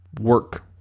work